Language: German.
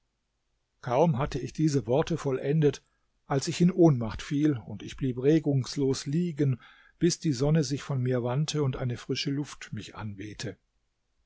kaum hatte ich diese worte vollendet als ich in ohnmacht fiel und ich blieb regungslos liegen bis die sonne sich von mir wandte und eine frische luft mich anwehte